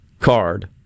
card